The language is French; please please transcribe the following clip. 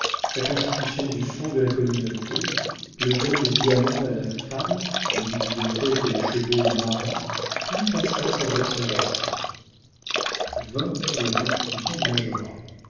la constitution du fonds de la communauté le don des diamants à la femme des bibliothèques et des chevaux au mari tout passa sans observations vint la constitution du majorat